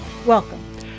Welcome